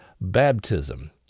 Baptism